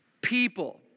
people